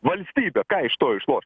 valstybė ką iš to išloš